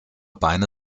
beine